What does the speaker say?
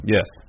Yes